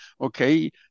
Okay